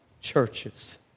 churches